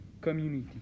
community